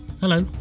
Hello